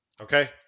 Okay